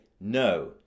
no